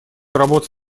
работы